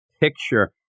picture